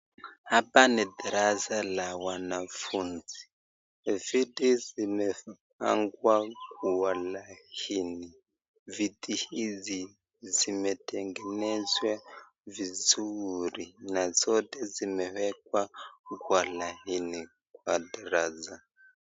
Hapa ni darasa la wanafunzi. Viti zimepangwa kwa laini. Viti hizi zimetengenezwa vizuri. Na zote zimewekwa kwa laini kwa darasa.